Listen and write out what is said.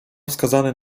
wskazany